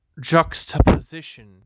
juxtaposition